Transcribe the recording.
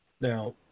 Now